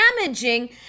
damaging